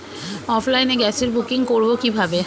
অফলাইনে গ্যাসের বুকিং করব কিভাবে?